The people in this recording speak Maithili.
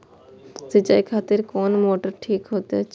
सीचाई खातिर कोन मोटर ठीक होते?